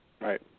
Right